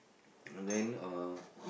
and then